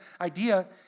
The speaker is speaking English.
idea